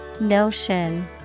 Notion